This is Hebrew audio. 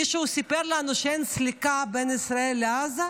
מישהו סיפר לנו שאין סליקה בין ישראל לעזה,